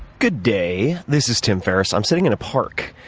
good day. this is tim ferriss. i'm sitting in a park.